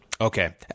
Okay